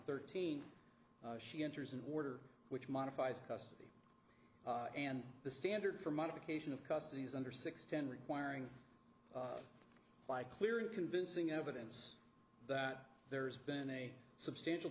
thirteen she enters an order which modifies custody and the standard for modification of custody is under six ten requiring by clear and convincing evidence that there has been a substantial